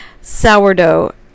sourdough